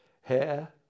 hair